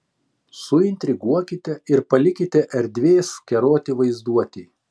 suintriguokite ir palikite erdvės keroti vaizduotei